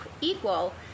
equal